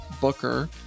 Booker